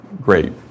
great